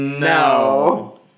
no